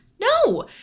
No